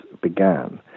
began